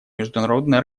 международные